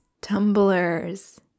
Tumblers